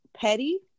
Petty